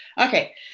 Okay